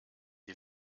die